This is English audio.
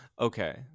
Okay